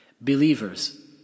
Believers